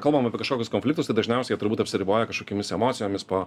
kalbam apie kažkokius konfliktus dažniausiai jie turbūt apsiriboja kažkokiomis emocijomis po